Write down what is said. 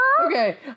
Okay